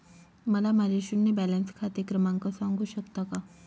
मला माझे शून्य बॅलन्स खाते क्रमांक सांगू शकता का?